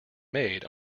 made